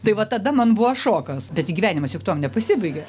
tai va tada man buvo šokas bet gi gyvenimas juk tuom nepasibaigė